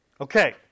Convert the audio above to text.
Okay